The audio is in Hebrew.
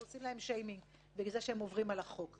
עושים להם שמייניג כשהם עוברים על החוק.